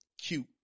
cute